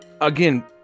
Again